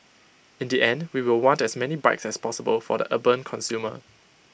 in the end we will want as many bikes as possible for the urban consumer